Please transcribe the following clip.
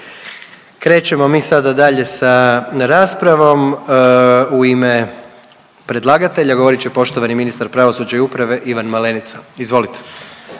krećemo mi sada dalje sa raspravom u ime predlagatelja govorit će ministar pravosuđa i uprave Ivan Malenica. Izvolite.